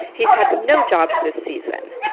he's had no jobs this season.